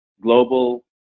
global